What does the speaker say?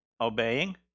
Obeying